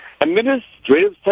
administrative